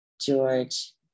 George